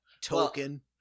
token